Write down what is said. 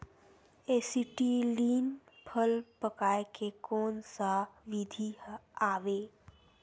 Acetylene फल पकाय के कोन सा विधि आवे?